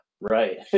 Right